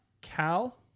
Cal